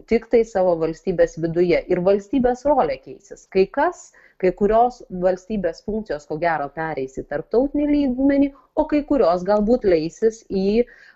tiktai savo valstybės viduje ir valstybės rolė keisis kai kas kai kurios valstybės funkcijos ko gero pereis į tarptautinį lygmenį o kai kurios galbūt leisis į